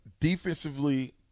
defensively